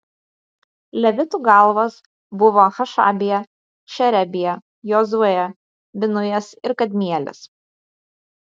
levitų galvos buvo hašabija šerebija jozuė binujas ir kadmielis